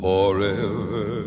Forever